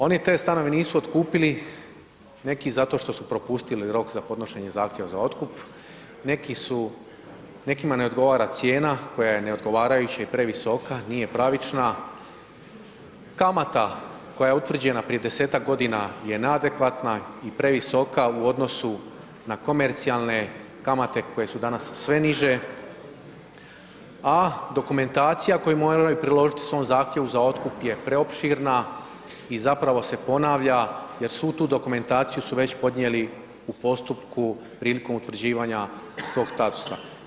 Oni te stanove nisu otkupili neki zato što su propustili rok za podnošenje zahtjeva za otkup, nekima ne odgovara cijena koja je neodgovarajuća i previsoka, nije pravična, kamata koja je utvrđena prije 10-ak godina je neadekvatna i previsoka u odnosu na komercijalne kamate koje su danas sve niže a dokumentacija koju moraju priložiti u svom zahtjevu za otkup je preopširna i zapravo se ponavlja jer svu tu dokumentaciju su već podnijeli u postupku prilikom utvrđivanja svog statusa.